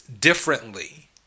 differently